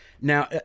now